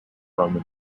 roman